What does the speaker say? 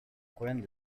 problèmes